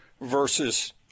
versus